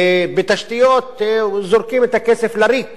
בתשתיות, זורקים את הכסף לריק